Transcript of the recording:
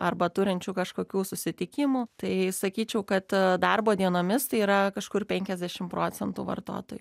arba turinčių kažkokių susitikimų tai sakyčiau kad darbo dienomis tai yra kažkur penkiasdešimt procentų vartotojų